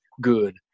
good